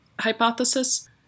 hypothesis